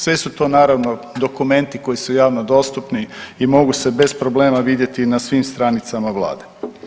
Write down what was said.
Sve su to naravno dokumenti koji su javno dostupni i mogu se bez problema vidjeti na svim stranicama Vlade.